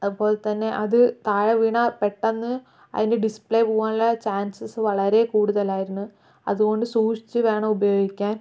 അതുപോലെതന്നെ അത് താഴെ വീണാൽ പെട്ടെന്ന് അതിന്റെ ഡിസ്പ്ലേ പോകാനുള്ള ചാൻസസ് വളരെ കൂടുതലായിരുന്നു അതുകൊണ്ട് സൂക്ഷിച്ച് വേണം ഉപയോഗിക്കാൻ